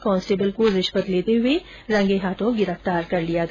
constable को रिश्वत लेते रंगे हाथ गिरफ्तार किया गया